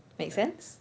make sense